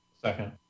Second